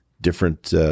different